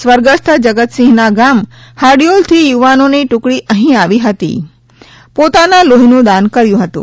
સ્વર્ગસ્થ જગતસિંહ ના ગામ હાડિયોલ થી યુવાનો ની ટુકડી અહી આવી હતી અને પોતાના લોહી નું દાન કર્યું હતું